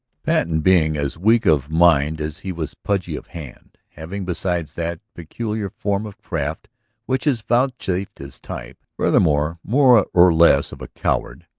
patten, being as weak of mind as he was pudgy of hand, having besides that peculiar form of craft which is vouchsafed his type, furthermore more or less of a coward,